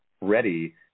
ready